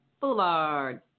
Boulevard